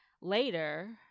later